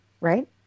right